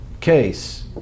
case